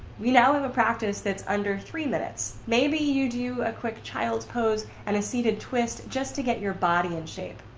we now have a practice that's under three minutes. maybe you do a quick child's pose and a seated twist just to get your body in shape.